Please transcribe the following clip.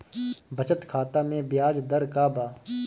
बचत खाता मे ब्याज दर का बा?